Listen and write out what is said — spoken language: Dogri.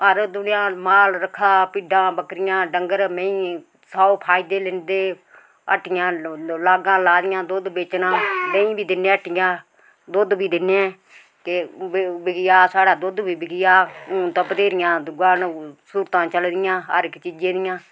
हर इक दुनिया माल रक्खा भिड्डां बक्करियां डगंर मेंही सौ फायदे लैंदे हट्टियां ला लागां लांदियां दुद्ध बेचना देईं बी दिन्ने हट्टियां दुद्ध बी दिन्ने ते बिकी आ साढ़ा दुद्ध बी बिकी गेआ हून ता बत्थेरियां सूरतां चली दियां हर इक चीजें दियां